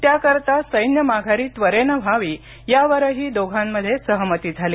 त्याकरता सैन्य माघारी त्वरेनं व्हावी यावरही दोघांमध्ये सहमती झाली